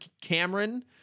cameron